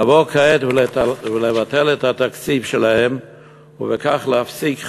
לבוא כעת ולבטל את התקציב שלהם ובכך להפסיק,